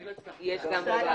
אני לא הצלחתי להבין.